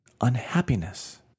unhappiness